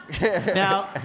Now